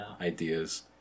ideas